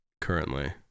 currently